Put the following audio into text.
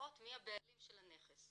ולראות מי הבעלים של הנכס.